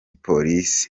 polisi